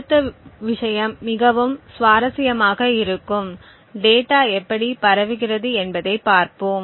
அடுத்த விஷயம் மிகவும் சுவாரஸ்யமாக இருக்கும் டேட்டா எப்படி பரவுகிறது என்பதைப் பார்ப்போம்